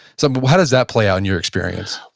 so but how does that play out in your experience?